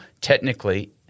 technically